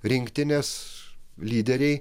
rinktinės lyderiai